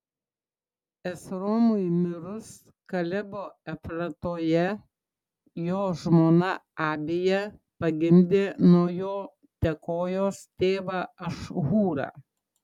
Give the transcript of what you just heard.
esromui mirus kalebo efratoje jo žmona abija pagimdė nuo jo tekojos tėvą ašhūrą